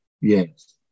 Yes